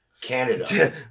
Canada